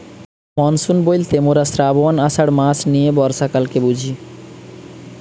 monsoon বইলতে মোরা শ্রাবন, আষাঢ় মাস নিয়ে বর্ষাকালকে বুঝি